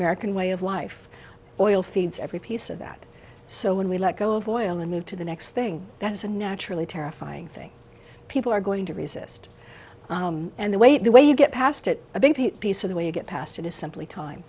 american way of life oil feeds every piece of that so when we let go of oil and move to the next thing that is a naturally terrifying thing people are going to resist and the way the way you get past it i think the piece of the way you get past it is simply